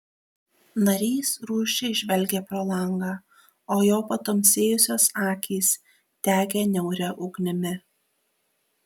narys rūsčiai žvelgė pro langą o jo patamsėjusios akys degė niauria ugnimi